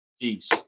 Peace